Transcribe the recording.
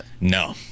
No